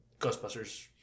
ghostbusters